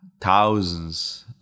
thousands